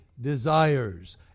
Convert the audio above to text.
desires